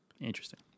Interesting